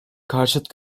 karşıt